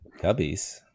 Cubbies